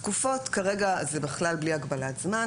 התקופות, כרגע זה בכלל בלי הגבלת זמן.